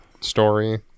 story